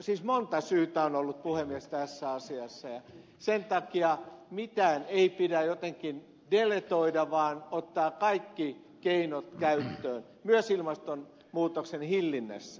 siis monta syytä on ollut puhemies tässä asiassa ja sen takia mitään ei pidä jotenkin deletoida vaan ottaa kaikki keinot käyttöön myös ilmastonmuutoksen hillinnässä